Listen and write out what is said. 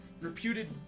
reputed